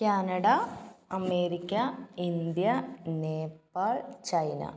Canada America India Nepal China